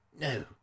No